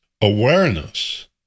Awareness